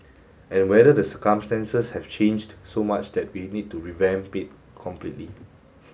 and whether the circumstances have changed so much that we need to revamp it completely